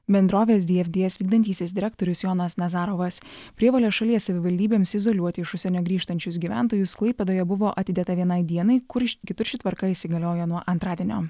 bendrovės dfds vykdantysis direktorius jonas nazarovas prievolė šalies savivaldybėms izoliuoti iš užsienio grįžtančius gyventojus klaipėdoje buvo atidėta vienai dienai kur kitur ši tvarka įsigaliojo nuo antradienio